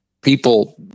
People